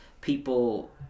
people